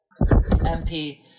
MP